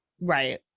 Right